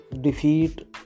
Defeat